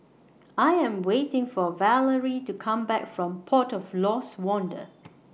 I Am waiting For Valery to Come Back from Port of Lost Wonder